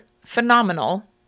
phenomenal